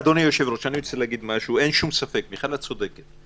אדוני היושב-ראש, אין שום ספק שמיכל צודקת.